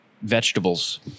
vegetables